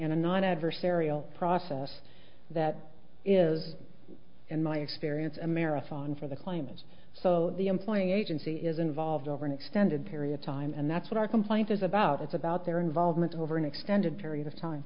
in a non adversarial process that is in my experience a marathon for the claimant so the employee agency is involved over an extended period of time and that's what our complaint is about it's about their involvement over an extended period of time